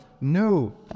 No